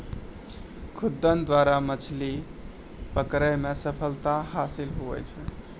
खुद्दन द्वारा मछली पकड़ै मे सफलता हासिल हुवै छै